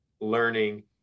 learning